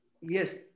Yes